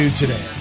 today